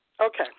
Okay